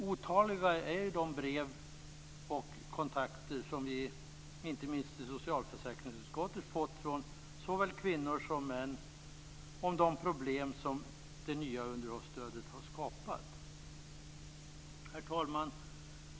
Otaliga är de brev som vi i socialförsäkringsutskottet fått från såväl kvinnor som män om de problem som det nya underhållsstödet har skapat, och otaliga är kontakterna. Herr talman!